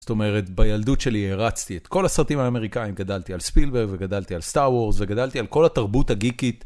זאת אומרת, בילדות שלי הרצתי את כל הסרטים האמריקאים, גדלתי על ספילברג וגדלתי על star wars וגדלתי על כל התרבות הגיקית.